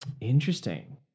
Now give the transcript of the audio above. Interesting